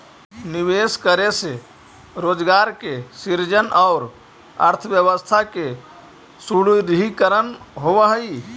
निवेश करे से रोजगार के सृजन औउर अर्थव्यवस्था के सुदृढ़ीकरण होवऽ हई